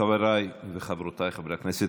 חבריי וחברותיי חברי הכנסת,